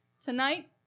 tonight